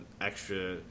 extra